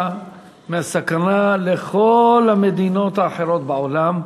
פחותה מהסכנה לכל המדינות האחרות בעולם.